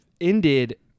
ended